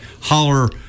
holler